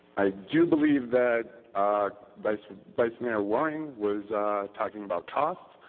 i do believe that vice vice mayor waring was talking about costs.